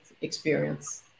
experience